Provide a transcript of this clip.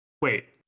Wait